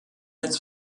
its